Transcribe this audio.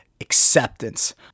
acceptance